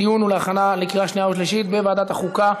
התשע"ו 2016, לוועדת החוקה,